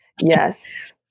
Yes